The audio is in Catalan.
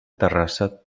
terrassa